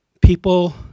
people